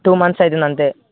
two months అవుతుంది అంతే